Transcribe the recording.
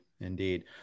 Indeed